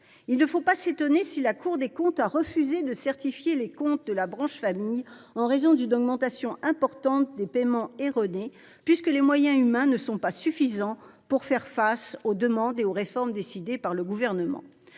Il ne faut pas s’étonner si la Cour des comptes a refusé de certifier les comptes de la branche famille en raison d’une augmentation importante des paiements erronés, puisque les moyens humains ne sont pas suffisants pour faire face aux demandes et aux réformes décidées par le Gouvernement.